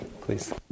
please